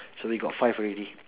so we got five already